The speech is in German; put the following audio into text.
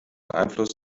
einfluss